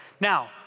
Now